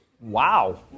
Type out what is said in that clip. Wow